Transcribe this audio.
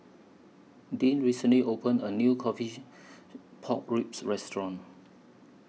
Dean recently opened A New Coffee Pork Ribs Restaurant